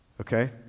Okay